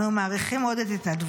אנו מעריכים מאוד את התנדבותם,